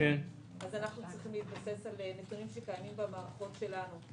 צריכים להתבסס על נתונים שקיימים במערכות שלנו.